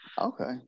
Okay